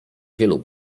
wielu